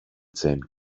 jane